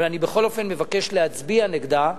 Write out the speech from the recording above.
אבל אני בכל אופן מבקש להצביע נגדה,